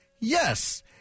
Yes